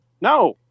No